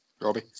Robbie